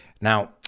Now